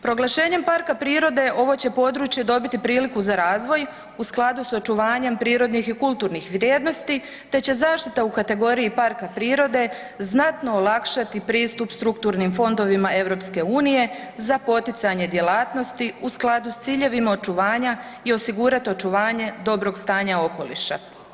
Proglašenjem parka prirode ovo će područje dobiti priliku za razvoj u skladu sa očuvanje prirodnih i kulturnih vrijednosti te će zaštita u kategoriji parka prirode, znatno olakšati strukturnim fondovima EU-a za poticanje djelatnosti u skladu s ciljevima očuvanja i osigurat očuvanje dobrog stanja okoliša.